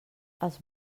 els